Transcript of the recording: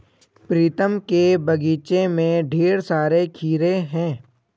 प्रीतम के बगीचे में ढेर सारे खीरे हैं